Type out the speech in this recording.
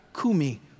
kumi